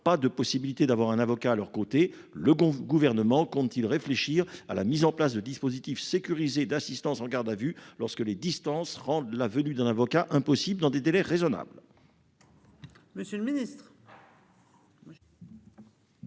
pas la possibilité d'avoir un avocat à leurs côtés. Le Gouvernement compte-t-il réfléchir à la mise en place de dispositifs sécurisés d'assistance en garde à vue lorsque les distances rendent la venue d'un avocat impossible dans des délais raisonnables ?